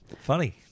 Funny